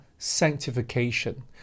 sanctification